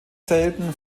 selten